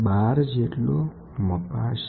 12 જેટલો મપાશે